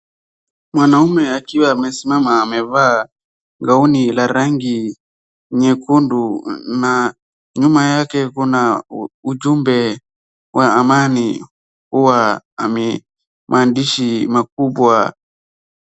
Mwanaume akiwa amesimama amevaa gauni la rangi nyekundu na nyuma yake kuna ujumbe wa amani. Huwa maandishi makubwa.